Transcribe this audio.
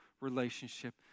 relationship